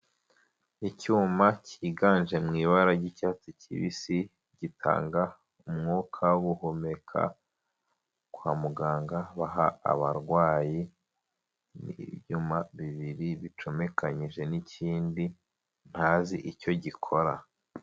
Icyuma cyiganje mu ibara ry'icyatsi kibisi gitanga umwuka wo guhumeka kwa muganga baha abarwayi, n'ibyuma bibiri bicomekanyije n'ikindi ntazi icyo gikora.